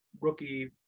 rookie